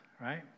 right